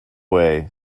way